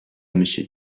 monsieur